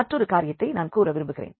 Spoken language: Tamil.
மற்றொரு காரியத்தை நான் கூறவிரும்புகிறேன்